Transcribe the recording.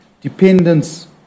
dependence